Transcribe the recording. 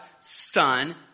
son